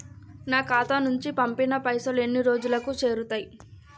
నా ఖాతా నుంచి పంపిన పైసలు ఎన్ని రోజులకు చేరుతయ్?